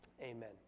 Amen